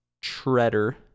treader